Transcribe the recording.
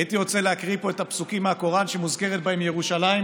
הייתי רוצה להזכיר פה את הפסוקים מהקוראן שמוזכרת בהם ירושלים,